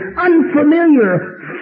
unfamiliar